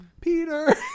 Peter